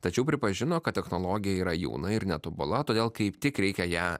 tačiau pripažino kad technologija yra jauna ir netobula todėl kaip tik reikia ją